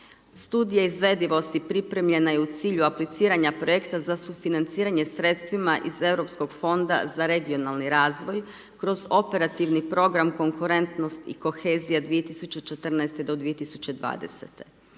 studije izvedivosti, pripremljena je u cilju apliciranja projekta za sufinanciranje sredstvima iz europskog fonda za regionalni razvoj, kroz operativni program konkurentnosti i kohezija 2014.-2020.